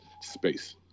space